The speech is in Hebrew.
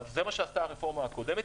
זה מה שעשתה הרפורמה הקודמת,